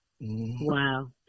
Wow